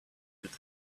could